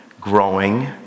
growing